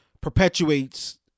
perpetuates